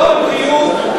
לא בבריאות,